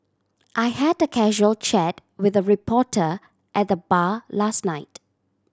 I had a casual chat with a reporter at the bar last night